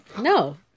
No